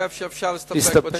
אני חושב שאפשר להסתפק בתשובה.